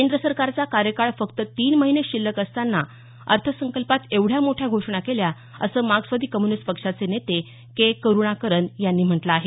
केंद्र सरकारचा कार्यकाळ फक्त तीन महिनेच शिल्लक असताना अर्थसंकल्पात एवढ्या मोठ्या घोषणा केल्या असं मार्क्सवादी कम्युनिस्ट पक्षाचे नेते के करुणाकरन यांनी म्हटलं आहे